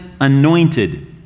anointed